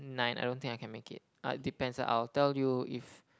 nine I don't think I can make it uh it depends I will tell you if